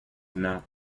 not